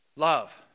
Love